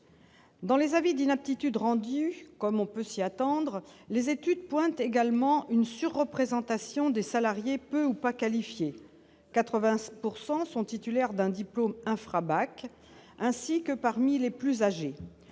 dans les avis d'inaptitude rendu comme on peut s'y attendre, les études pointent également une sur-représentation des salariés peu ou pas qualifiés pourcent sont titulaires d'un diplôme infra-Bach ainsi que parmi les plus âgés,